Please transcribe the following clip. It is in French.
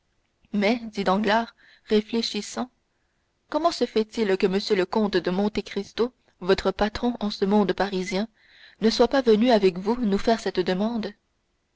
mais dit danglars réfléchissant comment se fait-il que m le comte de monte cristo votre patron en ce monde parisien ne soit pas venu avec vous nous faire cette demande